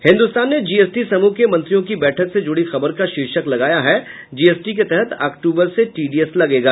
हिन्दुस्तान ने जीएसटी समूह के मंत्रियों की बैठक से जुड़ी खबर का शीर्षक लगाया है जीएसटी के तहत अक्टूबर से टीडीएस लगेगा